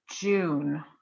June